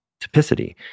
typicity